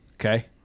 Okay